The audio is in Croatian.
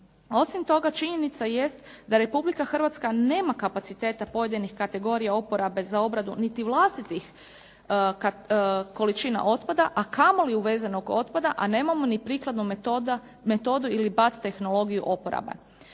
Osim toga, činjenica jest da Republika Hrvatska nema kapaciteta pojedinih kategorija oporabe za obradu niti vlastitih količina otpada, a kamoli uvezenog otpada, a nemamo ni prikladnu metodu ili bas tehnologiju oporaba.